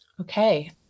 okay